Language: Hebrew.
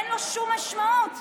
אין לו שום משמעות.